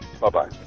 Bye-bye